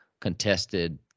contested